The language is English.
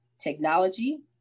technology